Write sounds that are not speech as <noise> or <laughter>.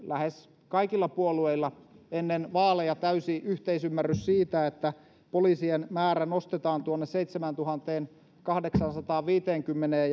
lähes meillä kaikilla puolueilla oli ennen vaaleja täysi yhteisymmärrys siitä että poliisien määrä nostetaan tuonne seitsemääntuhanteenkahdeksaansataanviiteenkymmeneen <unintelligible>